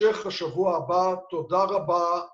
‫איך השבוע הבא. ‫תודה רבה.